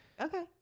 Okay